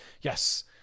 Yes